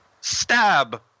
Stab